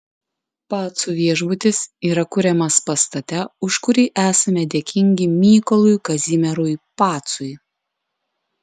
pacų viešbutis yra kuriamas pastate už kurį esame dėkingi mykolui kazimierui pacui